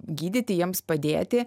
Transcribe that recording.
gydyti jiems padėti